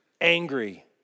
Angry